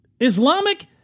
Islamic